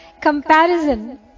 comparison